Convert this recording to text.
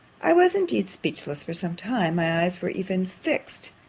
i was indeed speechless for some time my eyes were even fixed,